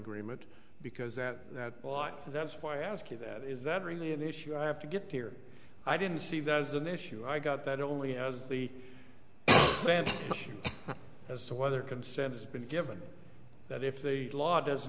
agreement because that why that's why i ask you that is that really an issue i have to get here i didn't see that as an issue i got that only as the sense as to whether consent has been given that if the law does